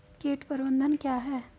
कीट प्रबंधन क्या है?